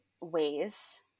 ways